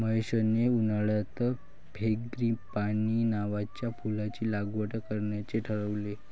महेशने उन्हाळ्यात फ्रँगीपानी नावाच्या फुलाची लागवड करण्याचे ठरवले